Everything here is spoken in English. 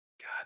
God